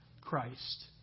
Christ